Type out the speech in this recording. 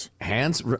Hands